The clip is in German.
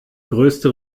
größte